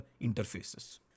interfaces